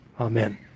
Amen